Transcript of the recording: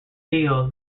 deal